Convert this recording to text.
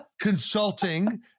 consulting